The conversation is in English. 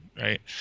right